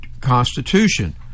Constitution